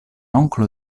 onklo